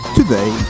today